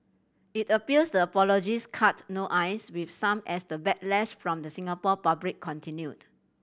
it appears the apologies cut no ice with some as the backlash from the Singapore public continued